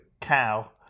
cow